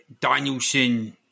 Danielson